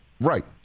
right